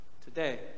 today